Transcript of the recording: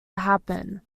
happen